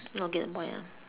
not getting point ah